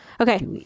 Okay